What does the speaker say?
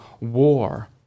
war